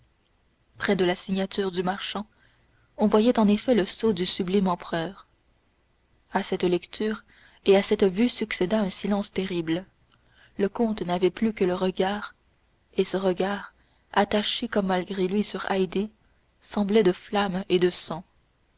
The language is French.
près de la signature du marchand on voyait en effet le sceau du sublime empereur à cette lecture et à cette vue succéda un silence terrible le comte n'avait plus que le regard et ce regard attaché comme malgré lui sur haydée semblait de flamme et de sang